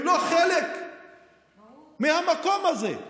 הם לא חלק מהמקום הזה.